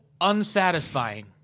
unsatisfying